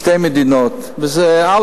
שתי מדינות, א.